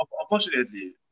Unfortunately